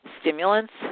stimulants